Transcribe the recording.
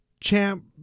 champ